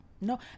No